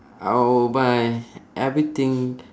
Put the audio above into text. I will buy everything